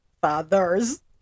fathers